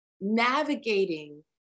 navigating